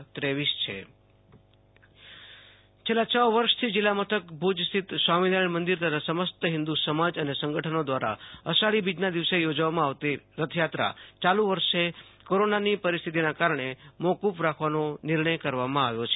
આશુતોષ અંતાણી ભુજમાં રથયાત્રા છેલ્લા છ વર્ષથી જિલ્લામથક ભુજસ્થિત સ્વામિનારાયણ મંદિર તથા સમસ્ત હિંદુ સમાજ અને સંગઠનો દ્વારા અષાઢી બીજના દિવસે યોજવામાં આવતી રથયાત્રા ચાલુ વર્ષે કોરોનાની પરિસ્થિતિના કારણે મોકૂફ રાખવાનો નિર્ણય કરવામાં આવ્યો છે